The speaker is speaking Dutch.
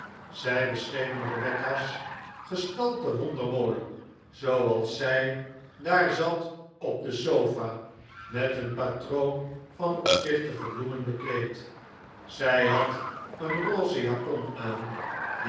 zij beschenen rebecca's gestalte wondermooi zooals zij daar zat op de sofa met een patroon van opzichtige bloemen bekleed zij had een rose japon aan die